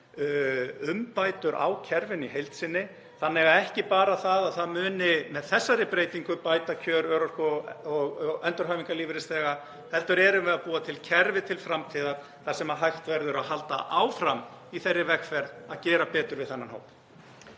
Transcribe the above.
umbætur á kerfinu í heild sinni. Þannig að ekki bara mun þessi breyting bæta kjör örorku- og endurhæfingarlífeyrisþega heldur erum við að búa til kerfi til framtíðar þar sem hægt verður að halda áfram í þeirri vegferð að gera betur við þennan hóp.